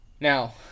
now